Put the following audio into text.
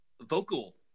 vocal